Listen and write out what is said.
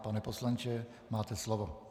Pane poslanče, máte slovo.